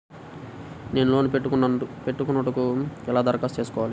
నేను లోన్ పెట్టుకొనుటకు ఎలా దరఖాస్తు చేసుకోవాలి?